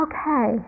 Okay